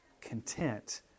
content